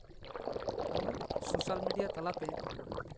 ᱟᱵᱚ social media ᱛᱟᱞᱟᱛᱮ